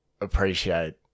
appreciate